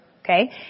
Okay